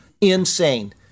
Insane